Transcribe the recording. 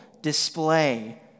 display